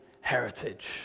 heritage